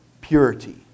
purity